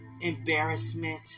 embarrassment